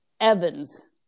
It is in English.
evans